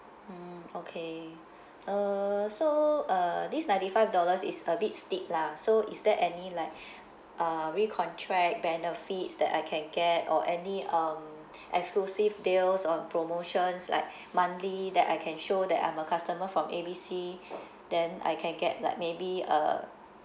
mmhmm okay uh so uh this ninety five dollars is a bit steep lah so is there any like uh recontract benefits that I can get or any um exclusive deals or promotions like monthly that I can show that I'm a customer from A B C then I can get like maybe a